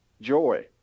joy